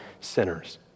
sinners